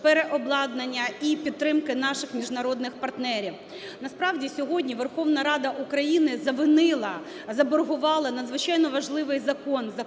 переобладнання і підтримки наших міжнародних партнерів. Насправді, сьогодні Верховна Рада України завинила, заборгувала надзвичайно важливий закон